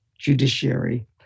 judiciary